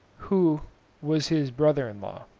who was his brother-in-law.